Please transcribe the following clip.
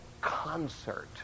concert